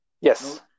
Yes